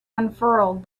unfurled